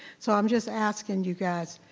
so i'm just asking you guys,